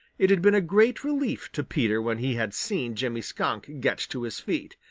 it had been a great relief to peter when he had seen jimmy skunk get to his feet,